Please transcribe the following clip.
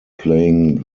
playing